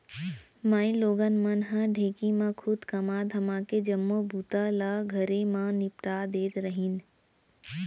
माइलोगन मन ह ढेंकी म खुंद कमा धमाके जम्मो बूता ल घरे म निपटा देत रहिन